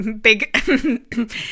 big